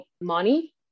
money